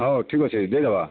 ହେଉ ଠିକ ଅଛି ଦେଇଦେବା